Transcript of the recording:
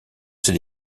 ses